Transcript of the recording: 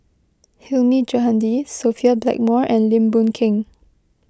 Hilmi Johandi Sophia Blackmore and Lim Boon Keng